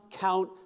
count